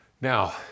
Now